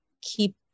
keep